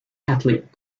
catholic